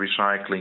recycling